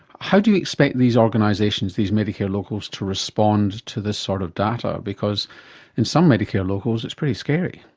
how do you expect these organisations, these medicare locals, to respond to this sort of data, because in some medicare locals it's pretty scary.